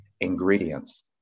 ingredients